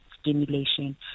stimulation